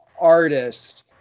artist